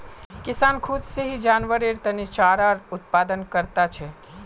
किसान खुद से ही जानवरेर तने चारार उत्पादन करता छे